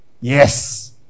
Yes